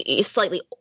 slightly